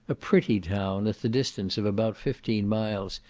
a pretty town at the distance of about fifteen miles,